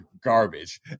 garbage